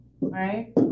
right